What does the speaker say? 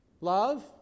love